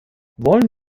wollen